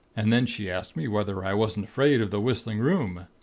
and then she asked me whether i wasn't afraid of the whistling room.